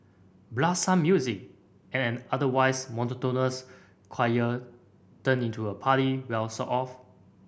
blast some music and an otherwise monotonous chore turn into a party well sort of